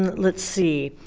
let's see,